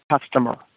customer